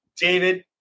David